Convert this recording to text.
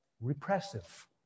repressive